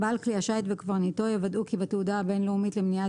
בעל כלי השיט וקברניטו יוודאו כי בתעודה הבין-לאומית למניעת